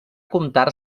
comptar